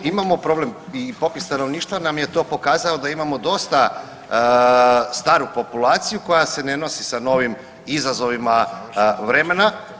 Imamo problem i popis stanovništva nam je to pokazao da imamo dosta staru populaciju koja se ne nosi sa novim izazovima vremena.